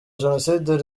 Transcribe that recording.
jenoside